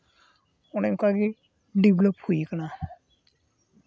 ᱚᱱᱮ ᱚᱱᱠᱟᱜᱮ ᱰᱮᱵᱷᱞᱚᱯ ᱦᱩᱭ ᱠᱟᱱᱟ